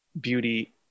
beauty